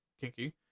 kinky